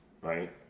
Right